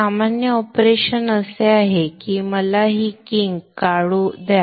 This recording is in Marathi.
सामान्य ऑपरेशन असे आहे की मला ही किंक काढू द्या